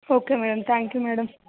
okay madam thank you madam